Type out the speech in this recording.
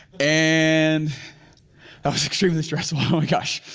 and that was extremely stressful, oh my gosh.